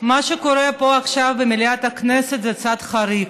מה שקורה פה עכשיו במליאת הכנסת זה קצת חריג.